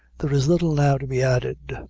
there is little now to be added.